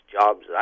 jobs